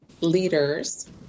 leaders